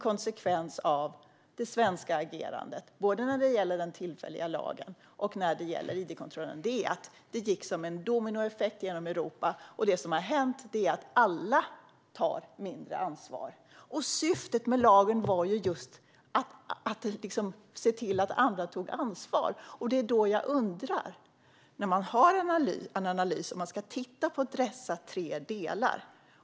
Konsekvensen av det svenska agerandet, både när det gäller den tillfälliga lagen och när det gäller id-kontrollerna, är att det har gått som en dominoeffekt genom Europa, så att alla tar mindre ansvar. Men syftet med lagen var ju just att se till att andra tog ansvar. Det är då jag undrar. Man ska göra en analys och titta på dessa tre delar.